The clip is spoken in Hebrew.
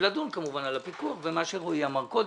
ולדון כמובן על הפיקוח ועל מה שרועי אמר קודם.